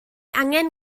angen